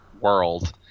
world